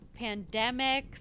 pandemics